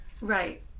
Right